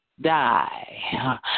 die